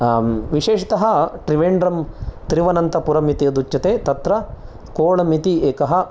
विशेषतः त्रिवेण्ड्रं तिरुवनन्तपुरम् इति यदुच्यते तत्र कोलम् इति एकः